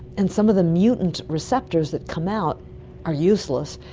and some of the mutant receptors that come out are useless.